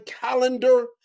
calendar